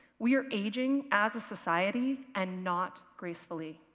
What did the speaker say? we are aging as a society and not gracefully.